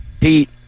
Pete